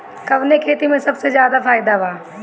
कवने खेती में सबसे ज्यादा फायदा बा?